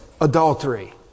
adultery